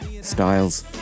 styles